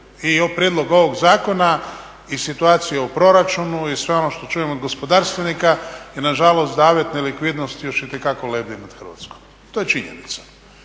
i o prijedlogu ovog zakona i situacije u proračunu i sve ono što čujemo od gospodarstvenika i nažalost zavjet nelikvidnosti još itekako lebdi nad Hrvatskom. To je činjenica.